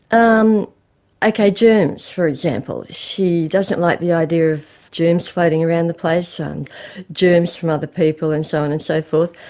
um like germs, for example. she doesn't like the idea of germs floating around the place, and germs from other people and so on and so forth.